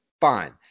fine